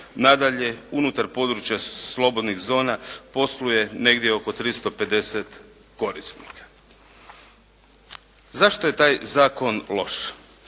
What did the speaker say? Nadalje, unutar područja slobodnih zona posluje negdje oko 350 korisnika. Zašto je taj zakon loš?